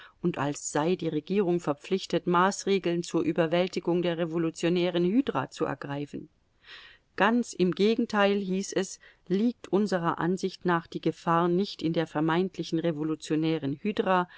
als sei die regierung verpflichtet maßregeln zur überwältigung der revolutionären hydra zu ergreifen ganz im gegenteil hieß es liegt unserer ansicht nach die gefahr nicht in der vermeintlichen revolutionären hydra